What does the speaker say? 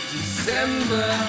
December